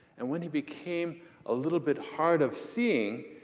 and when he became a little bit hard of seeing,